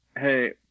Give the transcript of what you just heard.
Hey